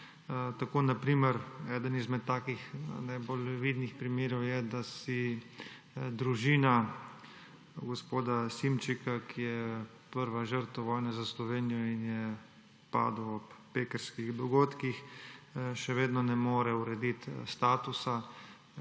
Tako na primer eden izmed takih najbolj vidnih primerov je, da si družina gospoda Šimčika, ki je prva žrtev vojne za Slovenijo in je padel ob pekrskih dogodkih, še vedno ne more urediti statusa,